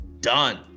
done